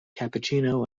cappuccino